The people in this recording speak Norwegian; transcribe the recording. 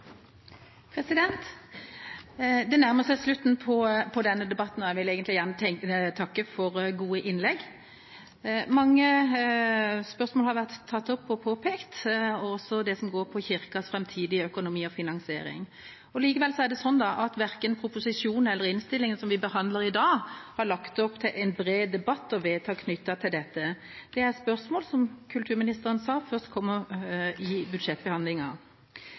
jeg vil gjerne takke for gode innlegg. Mange spørsmål har vært tatt opp og påpekt – også det som gjelder kirkas framtidige økonomi og finansiering. Likevel er det sånn at verken proposisjonen eller innstillingen vi behandler i dag, har lagt opp til en bred debatt om vedtak knyttet til dette. Dette er spørsmål som, slik kulturministeren sa, først kommer i